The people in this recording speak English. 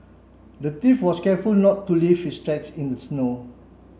the thief was careful not to leave his tracks in the snow